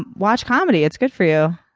and watch comedy it's good for you.